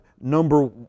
number